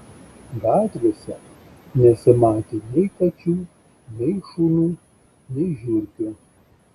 gatvėse nesimatė nei kačių nei šunų nei žiurkių